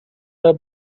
her